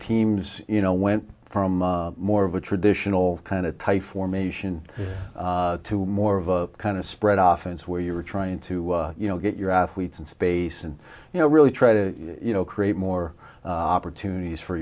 teams you know went from more of a traditional kind of tight formation to more of a kind of spread office where you were trying to you know get your athletes in space and you know really try to you know create more opportunities for